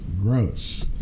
gross